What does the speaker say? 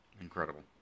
incredible